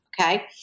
Okay